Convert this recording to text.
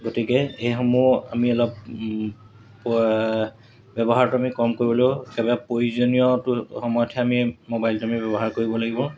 গতিকে এইসমূহ আমি অলপ ব্যৱহাৰটো আমি কম কৰিবলৈও একেবাৰে প্ৰয়োজনীয়টো সময়তহে আমি মোবাইলটো আমি ব্যৱহাৰ কৰিব লাগিব